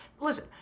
Listen